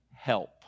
help